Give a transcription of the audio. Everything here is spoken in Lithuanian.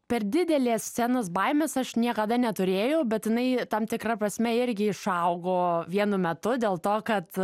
per didelės scenos baimės aš niekada neturėjau bet jinai tam tikra prasme irgi išaugo vienu metu dėl to kad